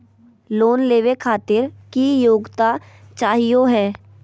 Loan लेवे खातीर की योग्यता चाहियो हे?